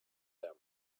them